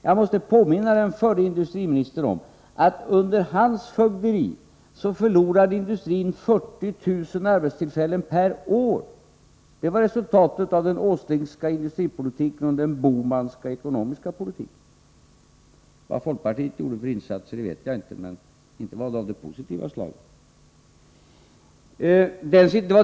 Jag måste påminna den förre industriministern om att industrin under hans fögderi förlorade 40 000 arbetstillfällen per år. Det var resultatet av den Åslingska industripolitiken och den Bohmanska ekonomiska politiken. Vad folkpartiet gjorde för insatser vet jag inte, men inte var de av det positiva slaget.